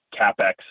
capex